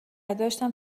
داشتم